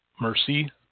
mercy